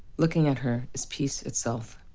looking at her is peace itself.